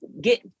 get